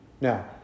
Now